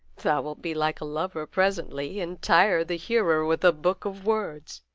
thou wilt be like a lover presently, and tire the hearer with a book of words.